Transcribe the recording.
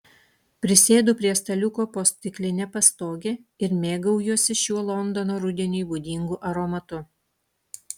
prisėdu prie staliuko po stikline pastoge ir mėgaujuosi šiuo londono rudeniui būdingu aromatu